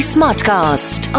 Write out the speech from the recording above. Smartcast